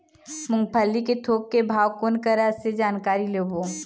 मूंगफली के थोक के भाव कोन करा से जानकारी लेबो?